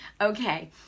Okay